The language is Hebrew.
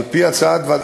על-פי הצעת,